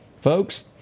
Folks